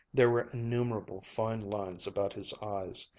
there were innumerable fine lines about his eyes.